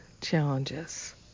challenges